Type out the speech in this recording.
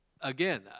again